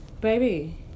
baby